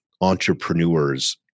entrepreneurs